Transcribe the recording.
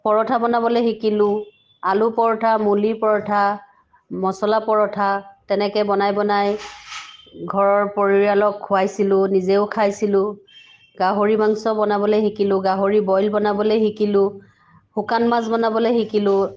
পৰঠা বনাবলৈ শিকিলো আলু পৰঠা মুলিৰ পৰঠা মচলা পৰঠা তেনেকৈ বনাই বনাই ঘৰৰ পৰিয়ালক খুৱাইছিলো নিজেও খাইছিলো গাহৰি মাংস বনাবলৈ শিকিলো গাহৰি বইল বনাবলৈ শিকিলো শুকান মাছ বনাবলৈ শিকিলো